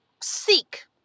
seek